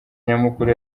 nyamukuru